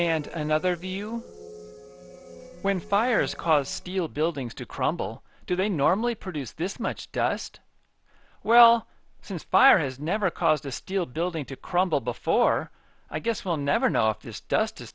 and another view when fires caused steel buildings to crumble do they normally produce this much dust well since fire has never caused a steel building to crumble before i guess we'll never know if this dust